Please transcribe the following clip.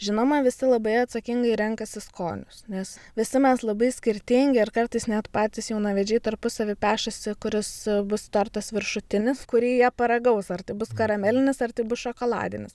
žinoma visi labai atsakingai renkasi skonius nes visi mes labai skirtingi ir kartais net patys jaunavedžiai tarpusavy pešasi kuris bus tortas viršutinis kurį jie paragaus ar tai bus karamelinis ar tai bus šokoladinis